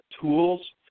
tools